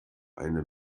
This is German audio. eine